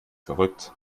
verrückt